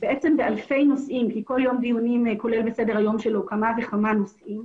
באלפי נושאים כי כל יום דיונים כולל בסדר היום שלו כמה וכמה נושאים.